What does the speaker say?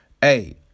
hey